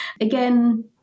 Again